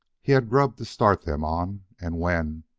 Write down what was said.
he had grub to start them on, and when,